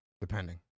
depending